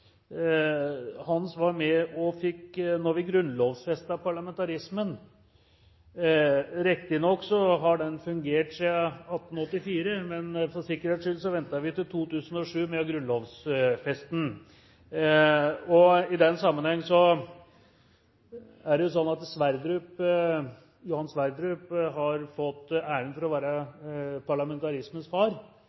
Hans var med da vi grunnlovfestet parlamentarismen – riktignok har den fungert siden 1884, men for sikkerhets skyld ventet vi til 2007 med å grunnlovfeste den. I den sammenheng er det jo slik at Johan Sverdrup har fått æren for å være parlamentarismens far,